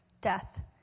death